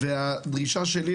והדרישה שלי,